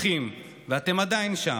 אחים, ואתם עדיין שם,